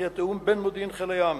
וכי התיאום בין מודיעין חיל הים